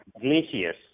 glaciers